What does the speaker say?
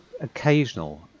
occasional